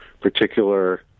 particular